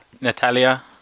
Natalia